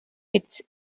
its